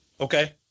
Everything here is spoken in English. Okay